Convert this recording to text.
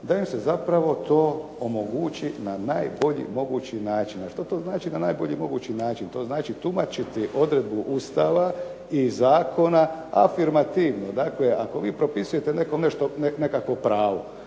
da im se zapravo to omogući na najbolji mogući način. A što to znači na najbolji mogući način? To znači tumačiti odredbu Ustava i zakona, afirmativno. Dakle, ako vi nekome propisujete nekakvo pravo,